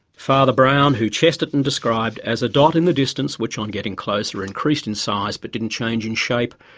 father brown who chesterton described as a dot in the distance which, on getting closer increased in size but didn't change in shape,